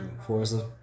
Forza